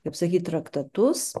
kaip sakyt traktatus